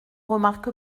remarque